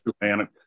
man